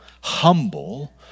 humble